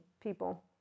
people